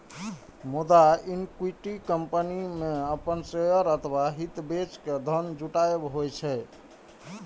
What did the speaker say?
मुदा equity company मे अपन शेयर अथवा हित बेच के धन जुटायब होइ छै